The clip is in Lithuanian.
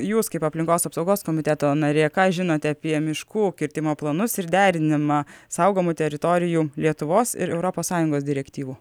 jūs kaip aplinkos apsaugos komiteto narė ką žinote apie miškų kirtimo planus ir derinimą saugomų teritorijų lietuvos ir europos sąjungos direktyvų